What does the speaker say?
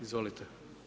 Izvolite.